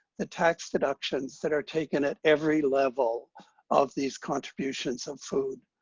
the tax deductions that are taken at every level of these contributions and food.